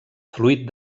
fluid